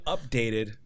Updated